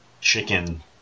chicken